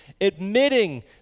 admitting